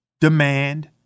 demand